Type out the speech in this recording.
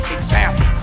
Example